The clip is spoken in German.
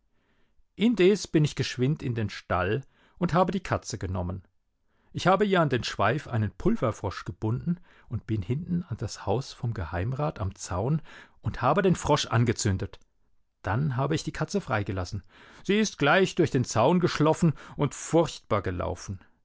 indes bin ich geschwind in den stall und habe die katze genommen ich habe ihr an den schweif einen pulverfrosch gebunden und bin hinten an das haus vom geheimrat am zaun und habe den frosch angezündet dann habe ich die katze freigelassen sie ist gleich durch den zaun geschloffen und furchtbar gelaufen